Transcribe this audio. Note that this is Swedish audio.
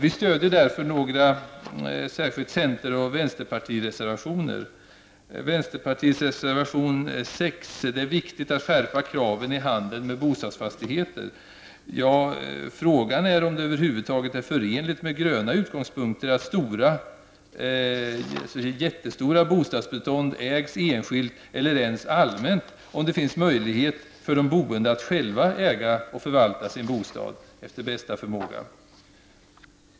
Vi stöder därför några center och vänsterpartireservationer. Det är viktigt att skärpa kraven på handeln med bostadsfastigheter. Ja, frågan är om det över huvud taget är förenligt med gröna utgångspunkter att jättestora bostadsbestånd ägs enskilt eller ens allmänt, om det finns möjlighet för de boende att själva äga och efter bästa förmåga förvalta sin bostad.